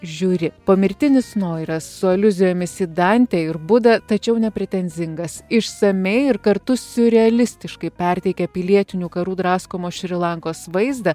žiūri pomirtinis noir yra su aliuzijomis į dantę ir budą tačiau nepretenzingas išsamiai ir kartu siurrealistiškai perteikia pilietinių karų draskomos šri lankos vaizdą